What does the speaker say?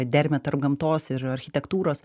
dermę tarp gamtos ir architektūros